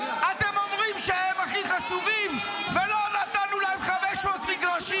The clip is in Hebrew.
אתם אומרים שהם חשובים, ולא נתנו להם 500 מגרשים.